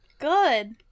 Good